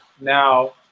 now